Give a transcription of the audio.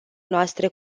noastre